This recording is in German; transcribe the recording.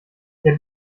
der